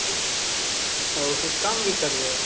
कि और कुछ कम भी करिएगा